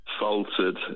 faltered